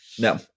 no